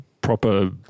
proper